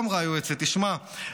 תשמע,